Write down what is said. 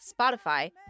Spotify